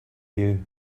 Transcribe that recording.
you